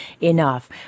enough